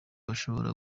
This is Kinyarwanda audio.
bashobora